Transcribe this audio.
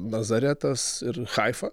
nazaretas ir haifa